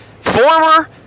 former